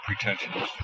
pretensions